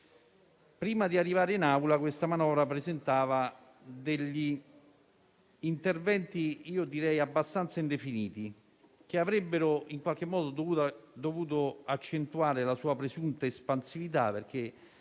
Prima di arrivare in Aula la manovra conteneva degli interventi abbastanza indefiniti, che avrebbero dovuto accentuare la sua presunta espansività.